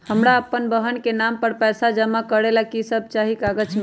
हमरा अपन बहन के नाम पर पैसा जमा करे ला कि सब चाहि कागज मे?